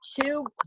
two